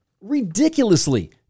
ridiculously